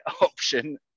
option